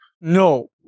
No